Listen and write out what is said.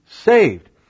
saved